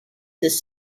this